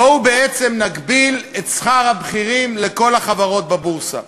בואו בעצם נגביל את שכר הבכירים לכל החברות בבורסה.